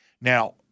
Now